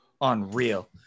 unreal